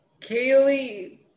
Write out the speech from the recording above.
Kaylee